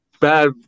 bad